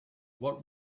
what